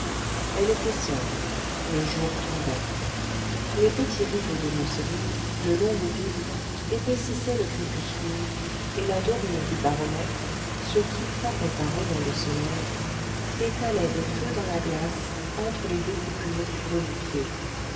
elle était seule le jour tombait les petits rideaux de mousseline le long des vitres épaississaient le crépuscule et la dorure du baromètre sur qui frappait un rayon de soleil étalait des feux dans la glace entre les découpures du